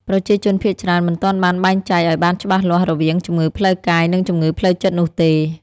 ប្រជាជនភាគច្រើនមិនទាន់បានបែងចែកឱ្យបានច្បាស់លាស់រវាងជំងឺផ្លូវកាយ និងជំងឺផ្លូវចិត្តនោះទេ។